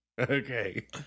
Okay